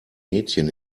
mädchen